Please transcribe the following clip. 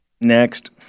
next